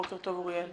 בוקר טוב אוריאל.